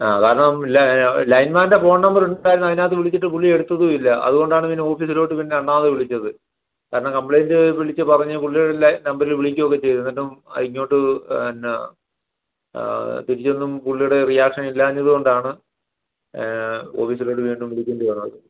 ആ കാരണം ലൈൻമാൻ്റെ ഫോൺ നമ്പർ ഉണ്ടായിരുന്നു അതിനകത്ത് വിളിച്ചിട്ട് പുള്ളി എടുത്തതും ഇല്ല അതുകൊണ്ടാണ് പിന്നെ ഓഫീസിലോട്ട് പിന്നെ രണ്ടാമതും വിളിച്ചത് കാരണം കംപ്ലെയിൻ്റ് വിളിച്ച് പറഞ്ഞ് പുള്ളിയുടെ നമ്പറിൽ വിളിക്കുകയൊക്കെ ചെയ്തു എന്നിട്ടും ഇങ്ങോട്ട് പിന്നെ തിരിച്ചൊന്നും പുള്ളിയുടെ റിയാക്ഷൻ ഇല്ലാഞ്ഞതുകൊണ്ടാണ് ഓഫിസിലോട്ട് വീണ്ടും വിളിക്കേണ്ടി വന്നത്